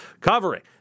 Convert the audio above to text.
covering